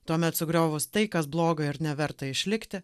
tuomet sugriovus tai kas bloga ir neverta išlikti